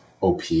OP